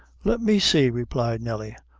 let me see, replied nelly,